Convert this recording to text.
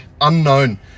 unknown